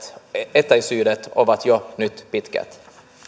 etäisyydet ovat jo nyt pitkät